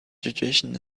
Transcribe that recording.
tradition